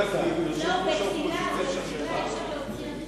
יושבת-ראש האופוזיציה שכחה לעשות זאת.